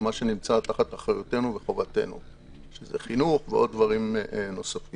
מה שנמצא תחת אחריותנו וחובתנו שזה חינוך ועוד דברים נוספים.